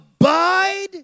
abide